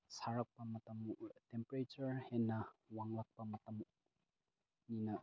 ꯁꯥꯔꯛꯄ ꯃꯇꯝ ꯇꯦꯝꯄꯦꯔꯦꯆꯔ ꯍꯦꯟꯅ ꯋꯥꯡꯂꯛꯄ ꯃꯇꯝꯅꯤꯅ